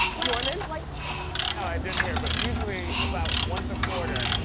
like norman? like no, i didn't hear but usually, about once a quarter,